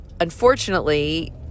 unfortunately